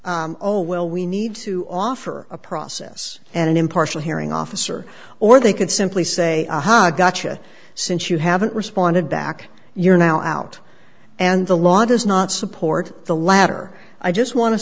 oh well we need to offer a process and an impartial hearing officer or they can simply say aha gotcha since you haven't responded back you're now out and the law does not support the latter i just want to